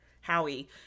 Howie